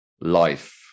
life